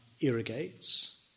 irrigates